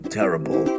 terrible